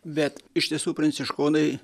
bet iš tiesų pranciškonai